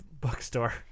bookstore